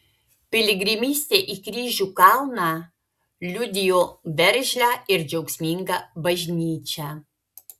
piligrimystė į kryžių kalną liudijo veržlią ir džiaugsmingą bažnyčią